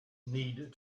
need